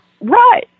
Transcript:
Right